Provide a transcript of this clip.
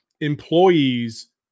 employees